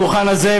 על הדוכן הזה,